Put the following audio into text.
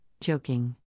joking